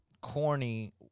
corny